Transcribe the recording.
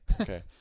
Okay